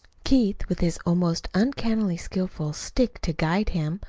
keith, with his almost uncannily skillful stick to guide him,